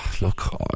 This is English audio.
Look